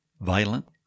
violent